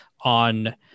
on